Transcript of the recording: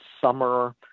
summer